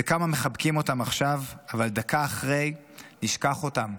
וכמה מחבקים אותם עכשיו, אבל דקה אחרי נשכח אותם.